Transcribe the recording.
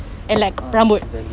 ah valid